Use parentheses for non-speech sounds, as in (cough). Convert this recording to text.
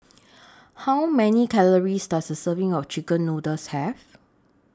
(noise) How Many Calories Does A Serving of Chicken Noodles Have